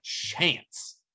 chance